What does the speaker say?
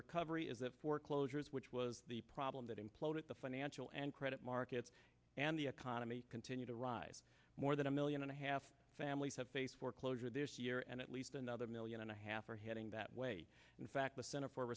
recovery is that foreclosures which was the problem that imploded the financial and credit markets and the economy continue to rise more than a million and a half families have face foreclosure this year and at least another million and a half are heading that way in fact the center for